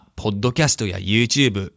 ポッドキャストやYouTube